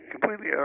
completely